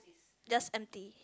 just empty